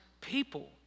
people